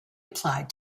applied